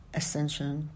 ascension